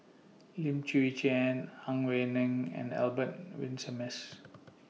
Lim Chwee Chian Ang Wei Neng and Albert Winsemius